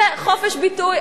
זה חופש ביטוי,